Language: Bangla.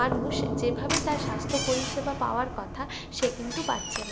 মানুষ যেভাবে তার স্বাস্থ্য পরিষেবা পাওয়ার কথা সে কিন্তু পাচ্ছে না